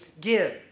give